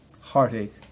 heartache